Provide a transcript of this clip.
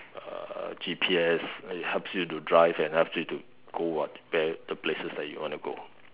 uh G_P_S it helps you to drive and helps you to go what where the places that you want to go